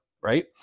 right